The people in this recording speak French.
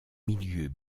milieux